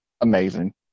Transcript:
amazing